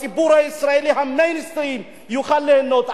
הציבור הישראלי, ה"מיינסטרים", יוכל ליהנות.